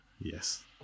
yes